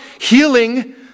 healing